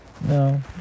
no